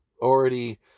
already